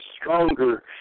stronger